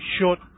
short